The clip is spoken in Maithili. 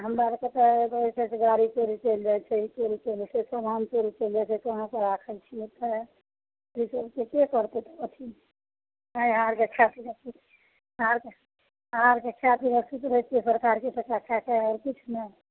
हमरा आरके तऽ एगो होइ छै से गाड़ी चोरी चलि जाइ छै ई चोरी केने छै सामान चोरी चलि जाइ छै कहाँपर राखय छियै तऽ हइ ई सभके करतय तब अथी ऐ अहाँ आरके खाय अहाँ आरके अहाँ आरके खाय पीकऽ सुति रहय छियै सरकार की पता खाकऽ आओर किछु ने